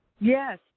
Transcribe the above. yes